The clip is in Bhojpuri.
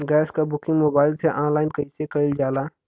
गैस क बुकिंग मोबाइल से ऑनलाइन कईसे कईल जाला?